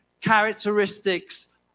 characteristics